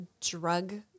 drug